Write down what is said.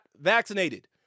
vaccinated